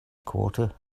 quarter